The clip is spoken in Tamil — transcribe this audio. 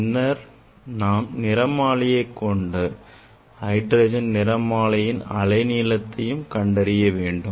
பின்னர் நாம் நிறமாலைமானியைக் கொண்டு ஹைட்ரஜன் நிறமாலையின் அலைநீளத்தை கண்டறிய வேண்டும்